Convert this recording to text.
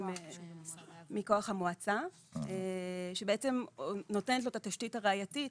מכוח המועצה, שבעצם נותנת לו את התשתית הראייתית.